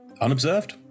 Unobserved